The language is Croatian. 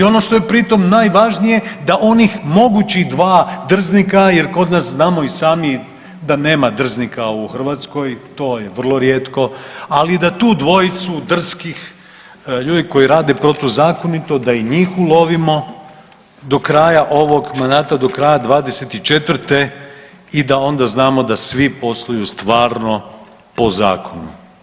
I ono što je pri tom najvažnije, da onih mogućih dva drznika jer kod nas znamo i sami da nema drznika u Hrvatskoj, to je vrlo rijetko, ali da tu dvojicu drskih ljudi koji rade protuzakonito da i njih ulovimo do kraja ovog mandata, do kraja '24. i da onda znamo da svi posluju stvarno po zakonu.